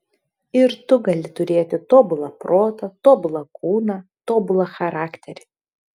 ir tu gali turėti tobulą protą tobulą kūną tobulą charakterį